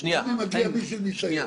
גם אם מגיע מישהו עם ניסיון.